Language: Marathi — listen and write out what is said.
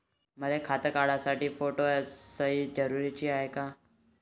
मले खातं काढासाठी फोटो अस सयी जरुरीची हाय का?